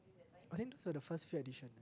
I think those are the first few editions